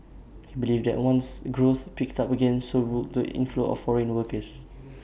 he believed that once growth picked up again so would the inflow of foreign workers